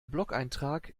blogeintrag